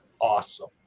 awesome